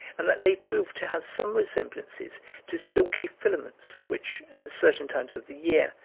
and that they proved to have some resemblances to silky filaments which, at certain times of the year,